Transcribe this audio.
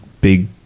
big